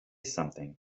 something